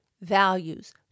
values